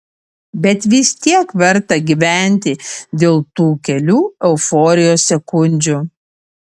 bet vis tiek verta gyventi dėl tų kelių euforijos sekundžių